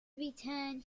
return